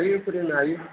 हायो फोरोंनो हायो